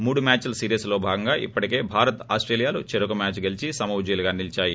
మూడు మ్యాచ్ల సిరీస్ లో ఇప్పటివరకు భారత్ ఆస్టేలియాలు చెరొక మ్యాచ్ గెలిచి సమ ఉజ్హీలుగా నిలిచాయి